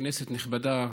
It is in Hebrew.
כנסת נכבדה,